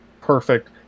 perfect